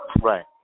Right